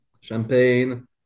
champagne